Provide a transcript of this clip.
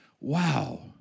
Wow